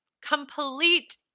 complete